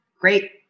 great